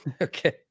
Okay